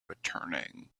returning